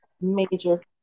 major